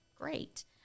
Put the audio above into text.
Great